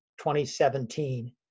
2017